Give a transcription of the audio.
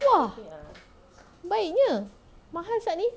!wah! baiknya mahal sia ni